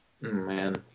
man